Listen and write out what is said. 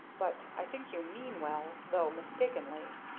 but i think you mean well, though mistakenly.